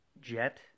jet